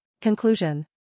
Conclusion